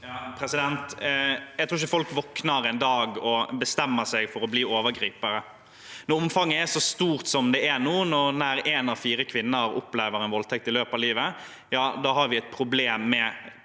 Jeg tror ikke folk våkner en dag og bestemmer seg for å bli overgripere. Når omfanget er så stort som det er nå, når nær en av fire kvinner opplever en voldtekt i løpet av livet – ja, da har vi et problem med kulturen